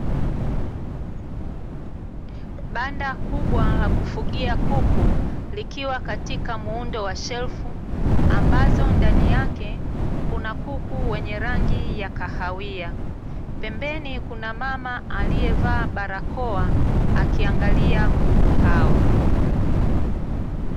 Banda kubwa la kufugia kuku likiwa katika muundo wa shelfu ambazo ndani yake kuna kuku wenye rangi ya kahawia. Pembeni kuna mama aliyevaa barakoa akiangalia kuku hao.